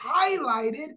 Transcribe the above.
highlighted